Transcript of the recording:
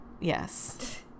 Yes